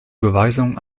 überweisung